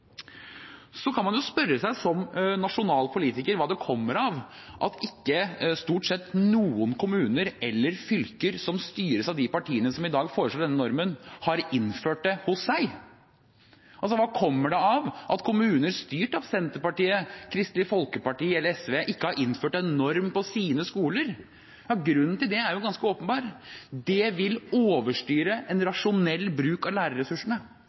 kan jo spørre seg, som nasjonal politiker, hva det kommer av at stort sett ikke noen kommuner eller fylker som styres av de partiene som i dag foreslår denne normen, har innført det hos seg. Hva kommer det av at kommuner styrt at Senterpartiet, Kristelig Folkeparti eller SV, ikke har innført en norm på sine skoler? Grunnen til det er jo ganske åpenbar: Det vil overstyre en rasjonell bruk av lærerressursene.